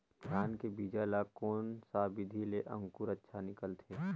धान के बीजा ला कोन सा विधि ले अंकुर अच्छा निकलथे?